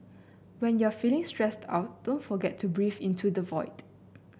when you are feeling stressed out don't forget to breathe into the void